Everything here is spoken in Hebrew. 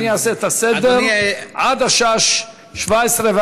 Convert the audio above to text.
אני אעשה את הסדר עד השעה 17:40,